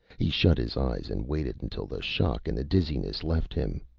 he shut his eyes and waited until the shock and the dizziness left him.